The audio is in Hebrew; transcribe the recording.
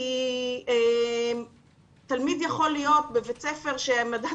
כי תלמיד יכול להיות בבית ספר שמדד